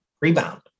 rebound